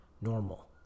normal